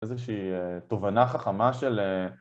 ‫איזושהי תובנה חכמה של...